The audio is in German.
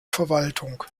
verwaltung